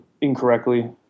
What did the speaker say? incorrectly